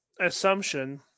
assumption